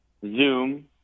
Zoom